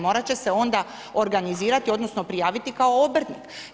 Morat će se onda organizirati, odnosno prijaviti kao obrtnik.